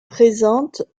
présente